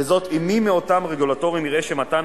וזאת אם מי מאותם רגולטורים יראה שמתן